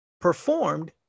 performed